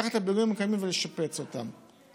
לקחת את הפיגומים הקיימים ולשפץ אותם,